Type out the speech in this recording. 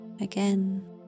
again